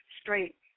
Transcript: straight